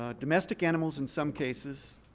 ah domestic animals, in some cases,